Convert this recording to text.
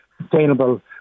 sustainable